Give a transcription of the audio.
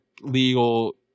legal